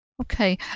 Okay